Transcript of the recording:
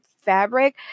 fabric